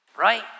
right